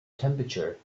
temperature